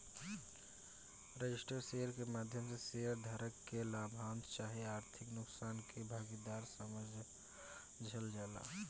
registered share के माध्यम से शेयर धारक के लाभांश चाहे आर्थिक नुकसान के भागीदार समझल जाला